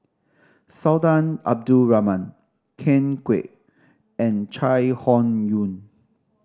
Sultan Abdul Rahman Ken Kwek and Chai Hon Yoong